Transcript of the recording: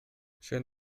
schön